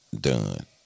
done